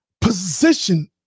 position